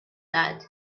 داد